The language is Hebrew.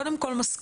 קודם כל משכורת,